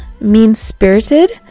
mean-spirited